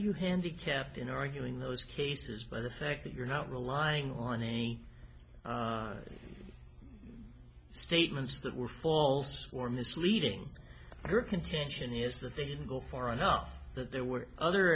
you handicapped in arguing those cases by the fact that you're not relying on any statements that were false or misleading your contention is that they didn't go far enough that there were other